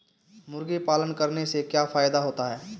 मुर्गी पालन करने से क्या फायदा होता है?